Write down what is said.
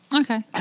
Okay